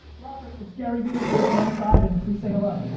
robert, it's gary vaynerchuk. you're on with ivan. please say hello.